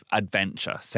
adventure